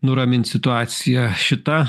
nuramint situaciją šitą